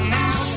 now